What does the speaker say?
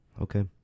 Okay